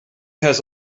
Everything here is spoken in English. has